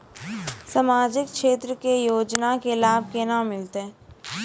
समाजिक क्षेत्र के योजना के लाभ केना मिलतै?